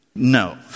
no